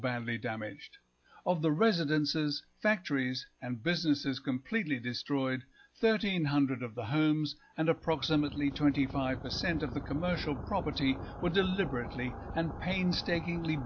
badly damaged of the residences factories and businesses completely destroyed thirteen hundred of the homes and approximately twenty five percent of the commercial property were deliberately and painstakingly